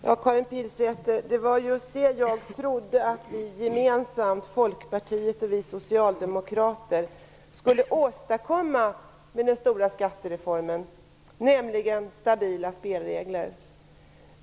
Fru talman! Jag trodde, Karin Pilsäter, att vi socialdemokrater och Folkpartiet tillsammans skulle åstadkomma stabila spelregler med den stora skattereformen.